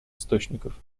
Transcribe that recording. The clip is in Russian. источников